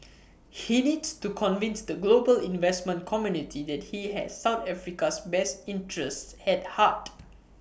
he needs to convince the global investment community that he has south Africa's best interests at heart